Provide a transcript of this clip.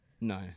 No